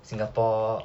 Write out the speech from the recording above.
singapore